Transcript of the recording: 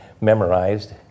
memorized